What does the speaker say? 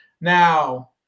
Now